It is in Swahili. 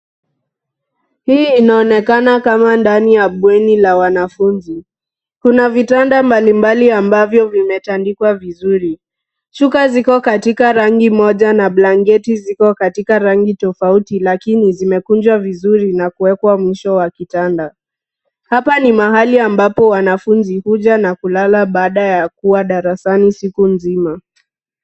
Hii inaonekana kama ndani ya bweni la wanafunzi. Kuna vitanda mbalimbali ambavyo vimetandikwa vizuri. Shuka ziko katika rangi moja na blanketi ziko katika rangi tofauti lakini zimekunjwa vizuri na kuwekwa mwisho wa kitanda. Hapa ni mahali ambapo wanafunzi huja na kulala baada ya kua darasani siku nzima.